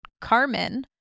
Carmen